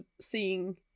seeing